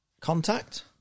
Contact